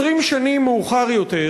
20 שנים מאוחר יותר,